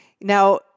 Now